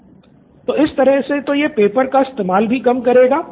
student 1 तो इस तरह से यह पेपर्स का इस्तेमाल भी कम करेगा